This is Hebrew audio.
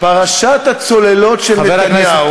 פרשת הצוללות של נתניהו,